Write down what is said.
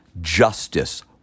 justice